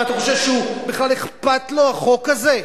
מה אתה חושב, שבכלל אכפת לו החוק הזה?